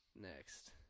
Next